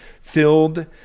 filled